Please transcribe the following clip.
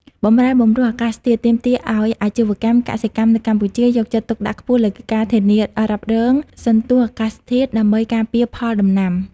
បម្រែបម្រួលអាកាសធាតុទាមទារឱ្យអាជីវកម្មកសិកម្មនៅកម្ពុជា យកចិត្តទុកដាក់ខ្ពស់លើការធានារ៉ាប់រងសន្ទស្សន៍អាកាសធាតុ ដើម្បីការពារផលដំណាំ។